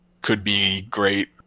could-be-great